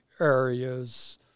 areas